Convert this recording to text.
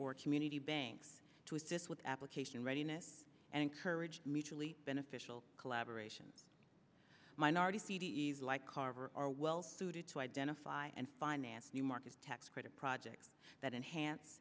or community banks to assist with application readiness and encourage me truly beneficial collaboration minority c d e f like carver are well suited to identify and finance new markets tax credit projects that enhance